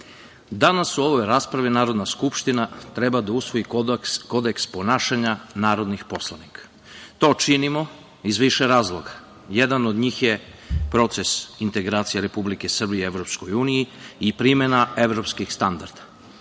danas u ovoj raspravi Narodna skupština treba da usvoji kodeks ponašanja narodnih poslanika. To činimo iz više razloga, a jedan od njih je proces integracije Republike Srbije u EU i primena evropskih standarda.